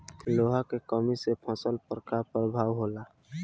लोहा के कमी से फसल पर का प्रभाव होला?